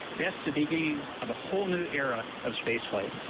that's the beginning of a whole new era of space flight.